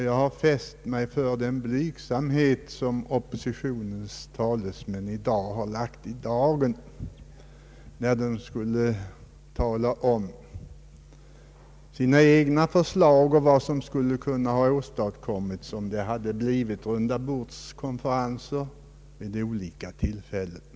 Jag har fäst mig vid den blygsamhet som oppositionens talesmän lagt i dagen när de talat om sina egna förslag, vad som skulle ha kunnat åstadkommas om det hade blivit en rundabordskonferens vid olika tillfällen etc.